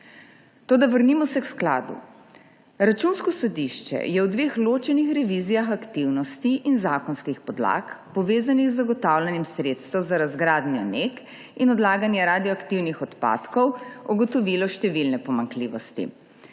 vrnimo se k skladu. Računsko sodišče je v dveh ločenih revizijah aktivnosti in zakonskih podlag, povezanih z zagotavljanjem sredstev za razgradnjo NEK in odlaganjem radioaktivnih odpadkov, ugotovilo številne pomanjkljivosti.